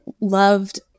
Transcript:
loved